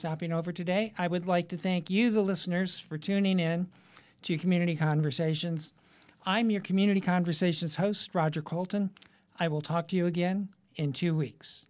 stopping over today i would like to thank you the listeners for tuning in to community conversations i'm your community conversations host roger colton i will talk to you again in two weeks